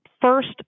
first